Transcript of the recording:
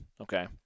Okay